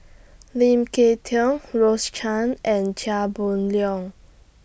Lim Kay Tong Rose Chan and Chia Boon Leong